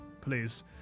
please